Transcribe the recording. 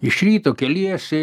iš ryto keliesi